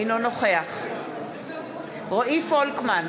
אינו נוכח רועי פולקמן,